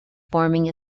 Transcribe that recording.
forming